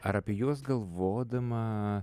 ar apie juos galvodama